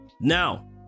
Now